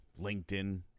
LinkedIn